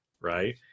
Right